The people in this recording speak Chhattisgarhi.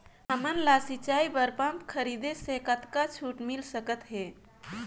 हमन ला सिंचाई बर पंप खरीदे से कतका छूट मिल सकत हे?